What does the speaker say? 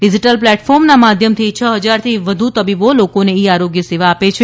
digital પ્લેટફોર્મના માધ્યમથી છ હજારથી વધુ તબીબો લોકોને ઇ આરોગ્ય સેવા આપે છે